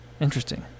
Interesting